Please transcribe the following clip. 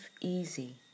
easy